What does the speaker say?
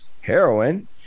heroin